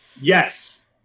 Yes